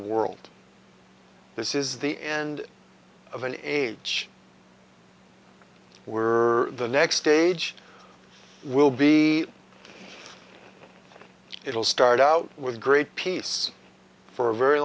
world this is the end of an age we're the next stage will be it will start out with great peace for a very